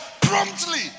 promptly